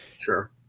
Sure